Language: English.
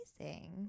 Amazing